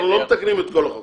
אנחנו לא מתקנים את כל החוק.